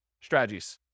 strategies